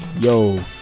yo